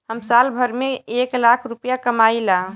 हम साल भर में एक लाख रूपया कमाई ला